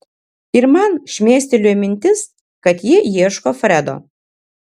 ir man šmėstelėjo mintis kad jie ieško fredo